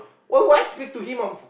why would I speak to him on